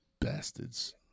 Bastards